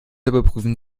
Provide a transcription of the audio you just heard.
überprüfen